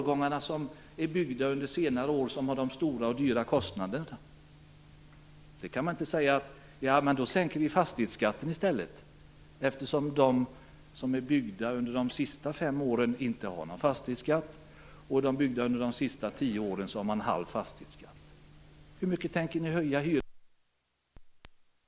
De fastigheter som är byggda under de senaste fem åren har inte någon fastighetsskatt, och de som byggts under de senaste tio åren har halv fastighetsskatt. Hur mycket tänker ni höja hyran, i antal hundralappar, för dem som bor i de hus som är byggda under de senaste tio åren? Herr talman! Många av de reservationer som finns i betänkandet handlar mycket om den debatt som vi skall föra framöver i remissarbetet i samband med Bostadsutredningens betänkande och är egentligen i dagens läge ganska onödiga. Därför yrkar jag avslag på de reservationer som föreligger och bifall till utskottets hemställan.